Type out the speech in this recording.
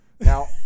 Now